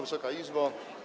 Wysoka Izbo!